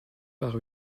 par